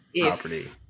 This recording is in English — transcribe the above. property